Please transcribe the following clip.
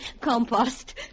Compost